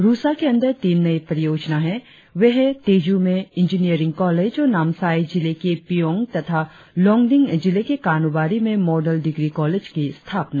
रुसा के अंदर तीन नई परियोजना है तेजू में इंजीनियरिंग कॉलेज और नामसाई जिले के पियोंग तथा लोंगडिंग जिले के कानुबारी में मॉडल डिग्री कॉलेज की स्थापना